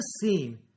scene